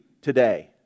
today